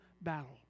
battle